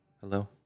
Hello